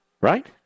Right